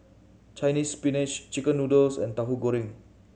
Chinese Spinach chicken noodles and Tauhu Goreng